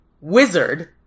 Wizard